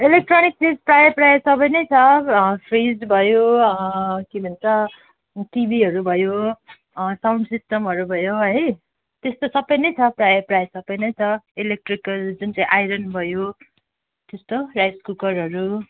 electronics चिज प्राय प्राय सबै नै छ फ्रिज भयो अँ के भन्छ टिभीहरू भयो साउन्ड सिस्टमहरू भयो है त्यस्तो सबै नै छ प्राय प्राय सबै नै छ इलेक्ट्रिकल जुन चाहिँ आइरन भयो त्यस्तो राइस कुकरहरू